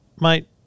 mate